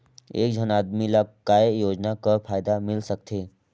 एक झन आदमी ला काय योजना कर फायदा मिल सकथे?